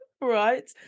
right